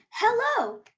Hello